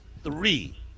Three